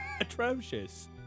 Atrocious